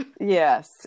Yes